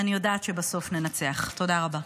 אני יודעת שבסוף ננצח, תודה רבה.